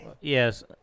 yes